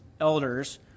elders